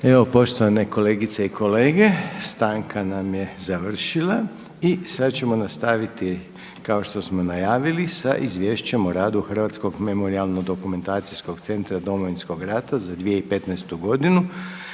Evo poštovane kolegice i kolege stanka nam je završila i sada ćemo nastaviti kao što smo najavili sa: - Izvješće o radu Hrvatskog memorijalno-dokumentacijskog centra Domovinskog rata za 2015.